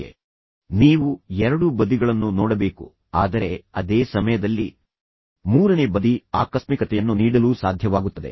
ಈಗ ನಾನು ನಿಮಗೆ ಹೇಳಲು ಪ್ರಯತ್ನಿಸುತ್ತಿರುವುದು ಏನೆಂದರೆ ನೀವು ಎರಡೂ ಬದಿಗಳನ್ನು ನೋಡಬೇಕು ಆದರೆ ಅದೇ ಸಮಯದಲ್ಲಿ ನೀವು ಮೂರನೇ ಬದಿಗೂ ಸಹ ಆಕಸ್ಮಿಕತೆಯನ್ನು ನೀಡಲು ಸಾಧ್ಯವಾಗುತ್ತದೆ